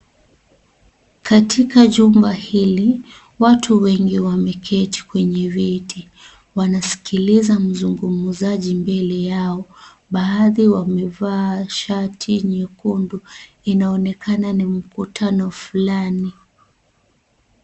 Katika jumba hili, watu wengi wameketi kwenye viti. Wanasikiliza mzungumzaji mbele yao. Baadhi, wamevaa shati nyekundu. Inaonekana ni mkutano fulani.